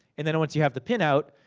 and then once you have the pin-out,